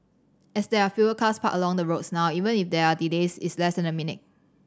as there are fewer cars parked along the roads now even if there are delays it's less than a minute